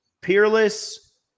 Peerless